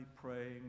praying